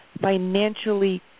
financially